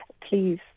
please